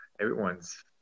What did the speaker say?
Everyone's